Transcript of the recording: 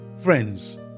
Friends